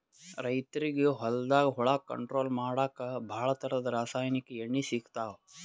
ರೈತರಿಗ್ ಹೊಲ್ದಾಗ ಹುಳ ಕಂಟ್ರೋಲ್ ಮಾಡಕ್ಕ್ ಭಾಳ್ ಥರದ್ ರಾಸಾಯನಿಕ್ ಎಣ್ಣಿ ಸಿಗ್ತಾವ್